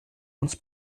uns